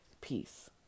Peace